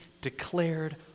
declared